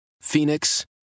Phoenix